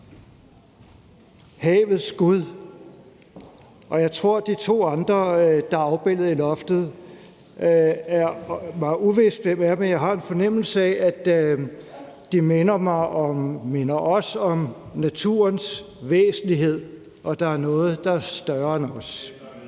havets gud, og i forhold til de to andre, der er afbildet i loftet, er det uvist for mig, hvem det er, men jeg har en fornemmelse af, at det minder mig og os om naturens væsentlighed og om, at der er noget, der er større end os.